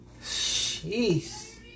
Jeez